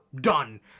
done